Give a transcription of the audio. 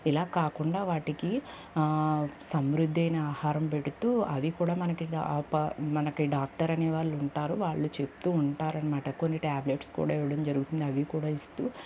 ఇలా కాకుండా వాటికి సమృద్ది అయిన ఆహారం పెడుతూ అవి కూడా మనకి ఆ పా మనకి డాక్టర్ అనే వాళ్ళు ఉంటారు వాళ్ళు చెప్తూ ఉంటారనమాట కొన్ని ట్యాబ్లెట్స్ కూడా ఇవ్వడం జరుగుతుంది అవి కూడా ఇస్తూ